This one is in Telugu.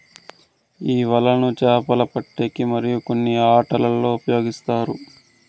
ఈ వలలను చాపలు పట్టేకి మరియు కొన్ని ఆటలల్లో ఉపయోగిస్తారు